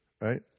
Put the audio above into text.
right